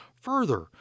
Further